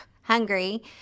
hungry